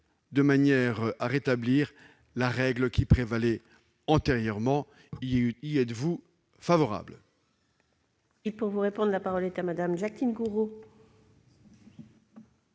de manière à rétablir la règle qui prévalait antérieurement. Y êtes-vous favorable ?